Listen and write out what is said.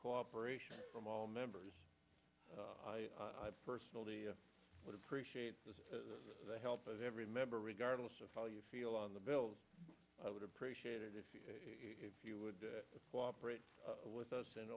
cooperation from all members personally i would appreciate the help of every member regardless of how you feel on the bills i would appreciate it if you if you would cooperate with us in